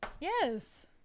Yes